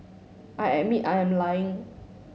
I admit I am lying